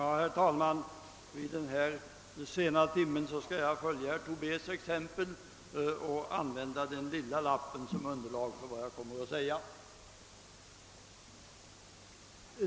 Herr talman! Vid denna sena timme skall jag följa herr Tobés exempel och använda den lilla lappen som underlag för vad jag ämnar säga!